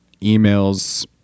emails